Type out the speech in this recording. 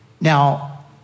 Now